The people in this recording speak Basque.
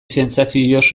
sentsazioz